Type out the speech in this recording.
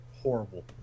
horrible